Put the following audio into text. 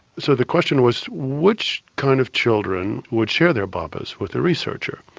so the question was which kind of children would share their bambas with the researcher?